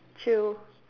chill